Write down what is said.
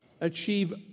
achieve